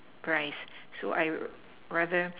price so I rather